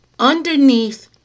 Underneath